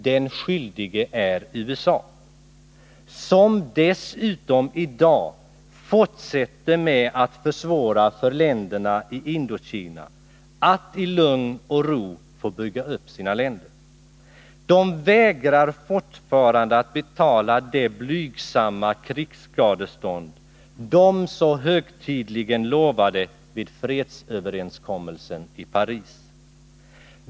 Den skyldige är USA, som dessutom i dag fortsätter med att försvåra för länderna i Indokina att i lugn och ro få bygga upp sina länder. USA vägrar fortfarande att betala de blygsamma krigsskadestånd man så högtidligt lovade vid fredsöverenskommelsen i Paris.